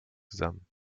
zusammen